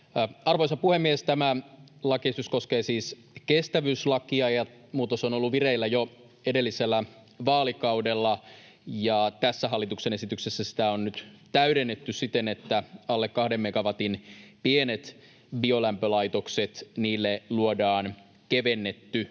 Arvoisa puhemies! Tämä lakiesitys koskee siis kestävyyslakia, ja muutos on ollut vireillä jo edellisellä vaalikaudella. Tässä hallituksen esityksessä sitä on nyt täydennetty siten, että alle kahden megawatin pienille biolämpölaitoksille luodaan kevennetty